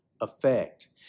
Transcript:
effect